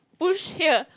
push here